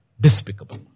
despicable